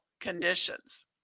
conditions